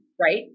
right